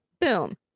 boom